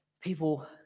People